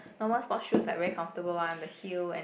normal sports shoes like very comfortable one the heel and